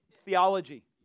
theology